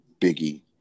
Biggie